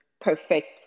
perfect